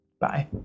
Bye